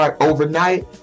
overnight